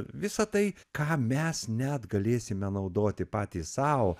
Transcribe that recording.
visa tai ką mes net galėsime naudoti patys sau